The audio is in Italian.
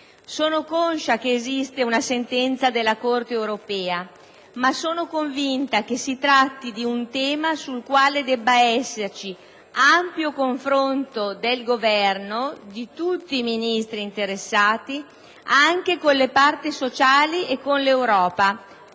sono conscia che esiste una sentenza della Corte europea, ma sono convinta che si tratti di un tema sul quale debba esserci ampio confronto da parte del Governo, di tutti i Ministri interessati, con le parti sociali e con l'Europa,